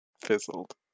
fizzled